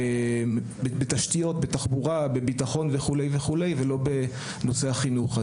בתשתיות, בתחבורה וכו', ולא בנושא החינוך.